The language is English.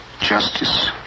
Justice